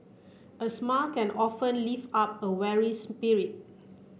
a smile can often up a weary spirit